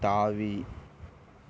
தாவி